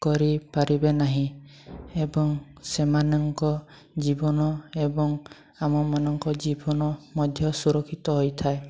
କରିପାରିବେ ନାହିଁ ଏବଂ ସେମାନଙ୍କ ଜୀବନ ଏବଂ ଆମମାନଙ୍କ ଜୀବନ ମଧ୍ୟ ସୁରକ୍ଷିତ ହୋଇଥାଏ